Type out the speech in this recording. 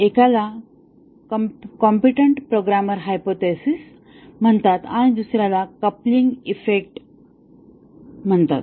एकाला competent programmer hypothesis म्हणतात आणि दुसऱ्याला कपलिंग इफेक्ट म्हणतात